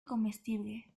comestible